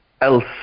else